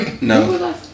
no